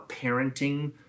parenting